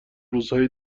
روزای